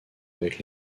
avec